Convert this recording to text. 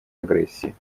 агрессии